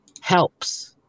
helps